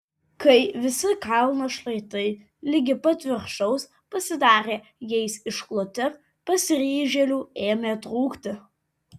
kai visi kalno šlaitai ligi pat viršaus pasidarė jais iškloti pasiryžėlių ėmė trūkti